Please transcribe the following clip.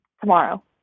tomorrow